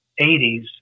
80s